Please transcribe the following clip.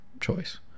choice